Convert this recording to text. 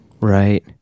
Right